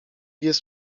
jest